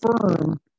firm